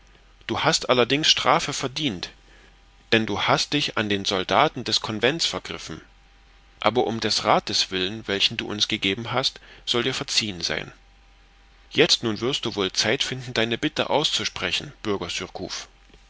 du hast allerdings strafe verdient denn du hast dich an den soldaten des convents vergriffen aber um des rathes willen welchen du uns gegeben hast soll dir verziehen sein jetzt nun wirst du wohl zeit finden deine bitte auszusprechen bürger